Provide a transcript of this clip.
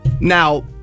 Now